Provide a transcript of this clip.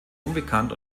unbekannt